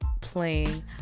playing